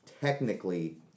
technically